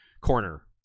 corner